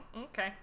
Okay